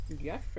Yes